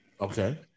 Okay